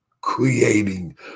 creating